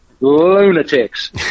lunatics